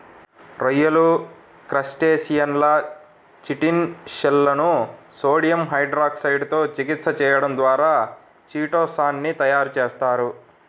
రొయ్యలు, క్రస్టేసియన్ల చిటిన్ షెల్లను సోడియం హైడ్రాక్సైడ్ తో చికిత్స చేయడం ద్వారా చిటో సాన్ ని తయారు చేస్తారు